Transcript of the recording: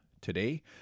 Today